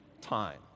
time